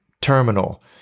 terminal